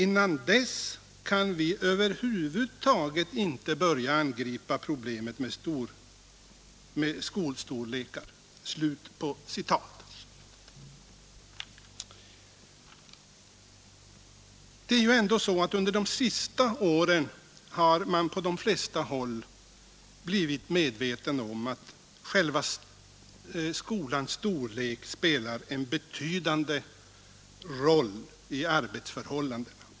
Innan dess kan vi över huvud taget inte börja angripa problemet med skolstorlekar.” Under de senaste åren har man på de flesta håll blivit medveten om vad själva storleken på skolenheterna betyder för arbetsförhållandena.